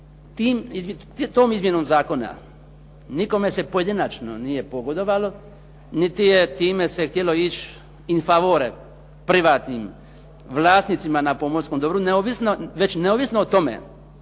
tom izmjenom zakona nikome se pojedinačno nije pogodovalo niti je time se htjelo ići in favore privatnim vlasnicima na pomorskom dobru, već neovisno o tome